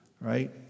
Right